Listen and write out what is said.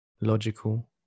logical